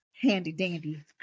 Handy-dandy